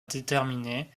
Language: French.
déterminer